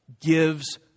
gives